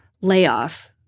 layoff